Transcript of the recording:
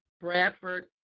Bradford